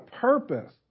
purpose